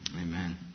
Amen